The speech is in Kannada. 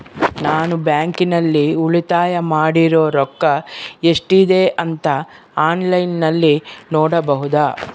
ನಾನು ಬ್ಯಾಂಕಿನಲ್ಲಿ ಉಳಿತಾಯ ಮಾಡಿರೋ ರೊಕ್ಕ ಎಷ್ಟಿದೆ ಅಂತಾ ಆನ್ಲೈನಿನಲ್ಲಿ ನೋಡಬಹುದಾ?